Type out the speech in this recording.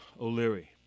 O'Leary